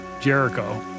Jericho